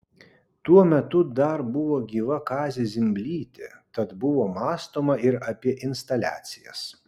tuo metu dar buvo gyva kazė zimblytė tad buvo mąstoma ir apie instaliacijas